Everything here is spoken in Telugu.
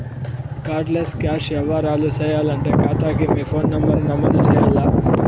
కార్డ్ లెస్ క్యాష్ యవ్వారాలు సేయాలంటే కాతాకి మీ ఫోను నంబరు నమోదు చెయ్యాల్ల